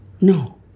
No